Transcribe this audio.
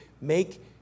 make